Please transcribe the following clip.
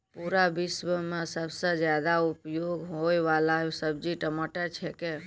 पूरा विश्व मॅ सबसॅ ज्यादा उपयोग होयवाला सब्जी टमाटर छेकै